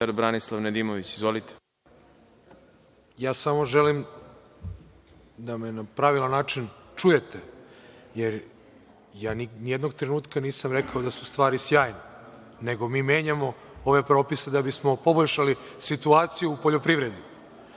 **Branislav Nedimović** Samo želim da me na pravilan način čujete jer nijednog trenutka nisam rekao da su stvari sjajne, nego mi menjamo ove propise da bismo poboljšali situaciju u poljoprivredi.